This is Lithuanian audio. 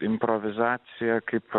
improvizacija kaip